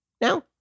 now